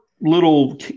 little